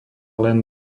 len